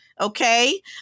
okay